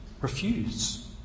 refuse